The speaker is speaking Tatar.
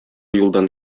юлдан